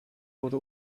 wurde